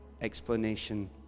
explanation